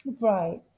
Right